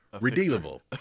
redeemable